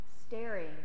staring